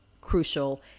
crucial